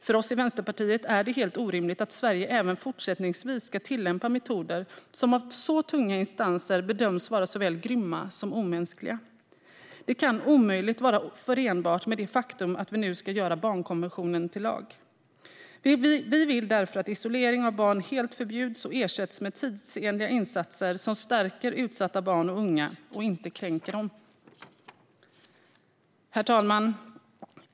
För oss i Vänsterpartiet är det helt orimligt att Sverige även fortsättningsvis ska tillämpa metoder som av så tunga instanser bedöms vara såväl grymma som omänskliga. Det kan omöjligt vara förenligt med det faktum att vi nu ska göra barnkonventionen till lag. Vi vill därför att isolering av barn helt förbjuds och ersätts med tidsenliga insatser som stärker utsatta barn och unga och inte kränker dem. Herr talman!